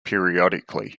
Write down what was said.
periodically